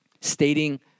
stating